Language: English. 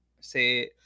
say